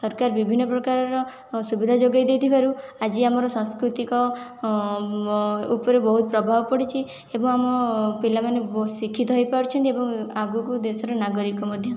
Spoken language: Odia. ସରକାର ବିଭିନ୍ନ ପ୍ରକାରର ସୁବିଧା ଯୋଗାଇ ଦେଇଥିବାରୁ ଆଜି ଆମର ସାଂସ୍କୃତିକ ଉପରେ ବହୁତ ପ୍ରଭାବ ପଡ଼ିଛି ଏବଂ ଆମ ପିଲାମାନେ ଶିକ୍ଷିତ ହୋଇପାରୁଛନ୍ତି ଏବଂ ଆଗକୁ ଦେଶର ନାଗରିକ ମଧ୍ୟ